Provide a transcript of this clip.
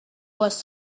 was